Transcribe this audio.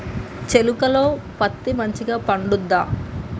చేలుక లో పత్తి మంచిగా పండుద్దా?